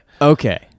Okay